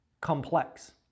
complex